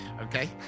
okay